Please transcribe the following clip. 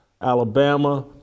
Alabama